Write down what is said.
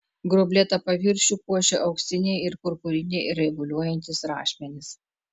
gruoblėtą paviršių puošė auksiniai ir purpuriniai raibuliuojantys rašmenys